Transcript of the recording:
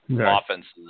offenses